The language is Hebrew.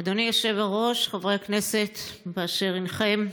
אדוני היושב-ראש, חברי הכנסת באשר הינכם,